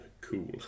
cool